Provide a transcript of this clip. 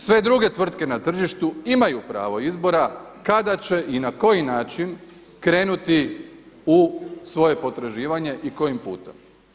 Sve druge tvrtke na tržištu imaju pravo izbora kada će i na koji način krenuti u svoje potraživanje i kojim putem.